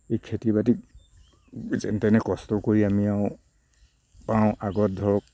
এই খেতি বাতি যেনে তেনে কষ্ট কৰি আমি আৰু পাওঁ আগত ধৰক